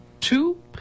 two